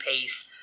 Pace